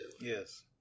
Yes